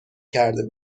کرده